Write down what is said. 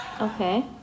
Okay